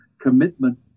commitment